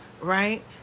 Right